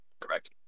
Correct